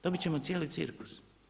Dobit ćemo cijeli cirkus.